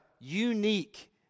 unique